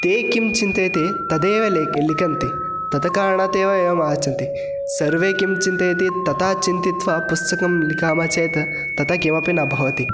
ते किं चिन्तयति तदेव लिख लिखन्ति तत् कारणात् एव एवम् आगच्छन्ति सर्वे किं चिन्तयति तथा चिन्तयित्वा पुस्सकं लिखामः चेत् तथा किमपि न भवति